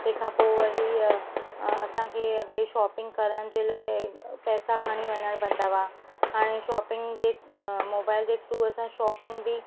तंहिंखा पोइ वरी अ असांखे अॻे शॉपिंग करण जे लाइ पैसा खणी वञणु पवंदा हुआ हाणे शॉपिंग जे मोबाइल जे थ्रू असां शॉपिंग बि